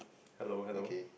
hello hello